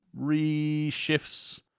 reshifts